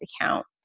account